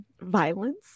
violence